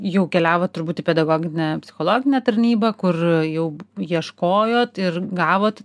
jau keliavot turbūt į pedagoginę psichologinę tarnybą kur jau ieškojot ir gavot